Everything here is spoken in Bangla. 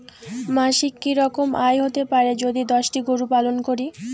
মাসিক কি রকম আয় হতে পারে যদি দশটি গরু পালন করি?